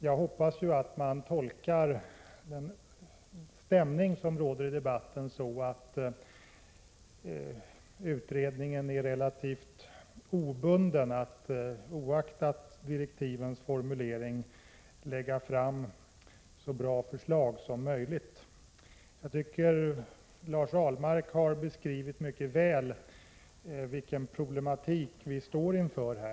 Jag hoppas att man tolkar den stämning som råder i debatten så, att utredningen är relativt obunden att oaktat direktivens formulering lägga fram så bra förslag som möjligt. Lars Ahlmark har mycket väl beskrivit den problematik vi här står inför.